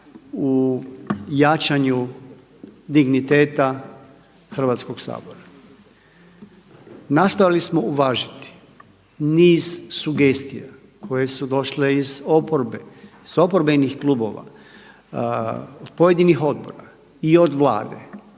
u jačanju digniteta Hrvatskoga sabora. Nastojali smo uvažiti niz sugestija koje su došle iz oporbe, iz oporbenih klubova, od pojedinih odbora i od Vlade